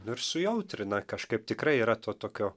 nu ir sujautrina kažkaip tikrai yra to tokio